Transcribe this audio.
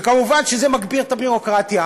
ומובן שזה מגביר את הביורוקרטיה,